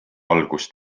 algust